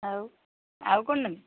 ଆଉ ଆଉ କ'ଣ ନେବେ